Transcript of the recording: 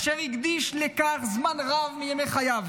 אשר הוא הקדיש לכך זמן רב מימי חייו